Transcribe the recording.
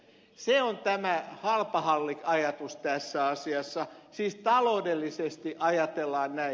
se on tämä halpahalliajatus tässä asiassa siis taloudellisesti ajatellaan näin